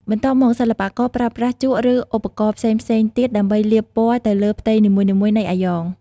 បន្ទាប់មក សិល្បករប្រើប្រាស់ជក់ឬឧបករណ៍ផ្សេងៗទៀតដើម្បីលាបពណ៌ទៅលើផ្នែកនីមួយៗនៃអាយ៉ង។